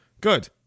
Good